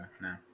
No